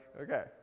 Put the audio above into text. okay